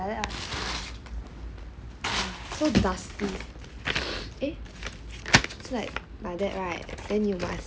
like that so dusty eh it's like like that right then you must